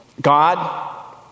God